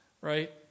right